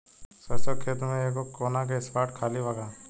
सरसों के खेत में एगो कोना के स्पॉट खाली बा का?